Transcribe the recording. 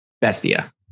Bestia